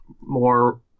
more